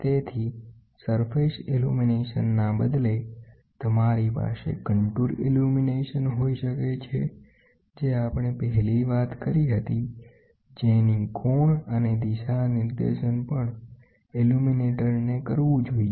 તેથીસપાટી ઇલ્યુમીનેશનના બદલે તમારી પાસે કન્ટૂર ઇલ્યુમીનેશન હોઈ શકે છે જે આપણે પહેલી વાત કરી હતી જેની કોણ અને દિશા નિર્દેશન પણ ઇલ્યુમિનેટર ને કરવું જોઈએ